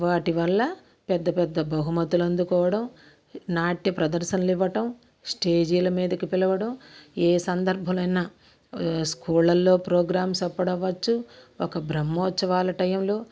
వాటి వల్ల పెద్ద పెద్ద బహుమతులు అందుకోవడం నాట్య ప్రదర్శనలు ఇవ్వటం స్టేజీల మీదకు పిలవడం ఏ సందర్భంలోనైనా స్కూళ్ళలో ప్రోగ్రామ్స్ అప్పుడు అవ్వచ్చు ఒక బ్రహ్మోత్సవాల టైంలో